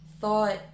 thought